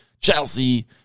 Chelsea